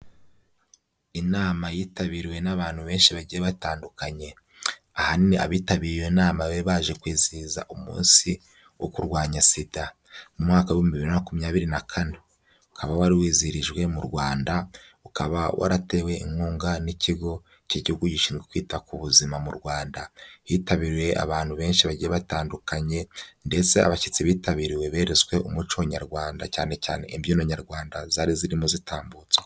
Inama yitabiriwe n'abantu benshi bagiye batandukanye, ahanini abitabiriye iyo nama bari baje kwizihiza umunsi wo kurwanya sida mu mwaka w'ibihumbi na makumyabiri na kane. Ukaba wari wizihirijwe mu Rwanda, ukaba waratewe inkunga n'Ikigo cy'Igihugu Gishinzwe Kwita ku Buzima mu Rwanda, hitabiriye abantu benshi bagiye batandukanye ndetse abashyitsi bitabiriwe beretswe umuco nyarwanda cyane cyane imbyino Nyarwanda zari zirimo zitambutswa.